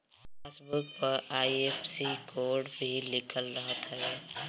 passbook पअ IFSC code भी लिखल रहत हवे